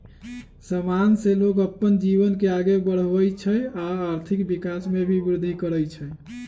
समान से लोग अप्पन जीवन के आगे बढ़वई छई आ आर्थिक विकास में भी विर्धि करई छई